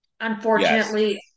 unfortunately